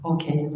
Okay